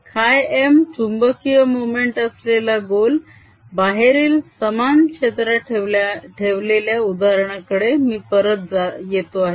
χm चुंबकीय मोमेंट असलेला गोल बाहेरील समान क्षेत्रात ठेवलेल्या उदाहरणाकडे मी परत येतो आहे